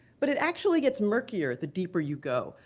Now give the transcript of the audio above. but it actually gets murkier the deeper you go.